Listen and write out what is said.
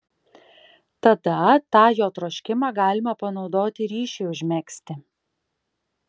tada tą jo troškimą galima panaudoti ryšiui užmegzti